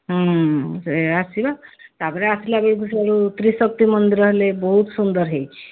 ହଁ ସେ ଆସିବା ତାପରେ ଆସିବା ବେଳକୁ ସିଆଡ଼ୁ ତ୍ରିଶକି ମନ୍ଦିର ହେଲେ ବହୁତ ସୁନ୍ଦର ହୋଇଛି